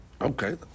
Okay